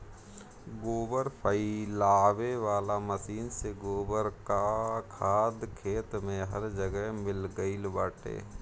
गोबर फइलावे वाला मशीन से गोबर कअ खाद खेत में हर जगह मिल गइल बाटे